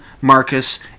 Marcus